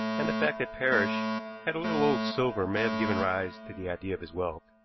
and the fact that parrish had a little old silver may have given rise to the idea of his wealth.